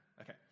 Okay